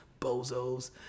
bozos